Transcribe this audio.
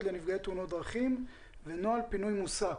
לנפגעי תאונות דרכים ונוהל פינוי מוסק.